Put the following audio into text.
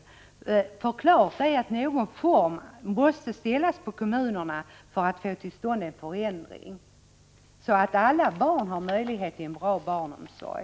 Det är nämligen klart att någon form av krav måste ställas på kommunerna för att man skall få till stånd en förändring, så att alla barn har möjlighet att få en bra barnomsorg.